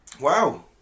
Wow